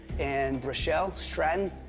and richel stratton.